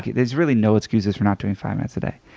there's really no excuses for not doing five minutes a day.